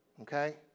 Okay